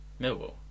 Millwall